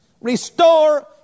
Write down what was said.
Restore